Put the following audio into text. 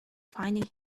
finding